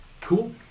Cool